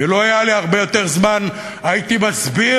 ולו היה לי הרבה יותר זמן הייתי מסביר